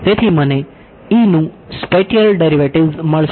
તેથી મને નું સ્પેટીયલ ડેરિવેટિવ્ઝ મળશે